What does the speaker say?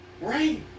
Right